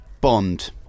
Bond